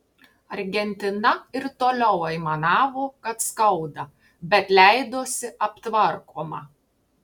argentina ir toliau aimanavo kad skauda bet leidosi aptvarkoma